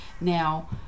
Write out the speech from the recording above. Now